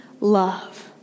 love